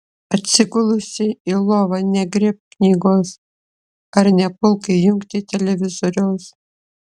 atsigulusi į lovą negriebk knygos ar nepulk jungti televizoriaus